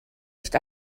nicht